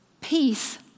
peace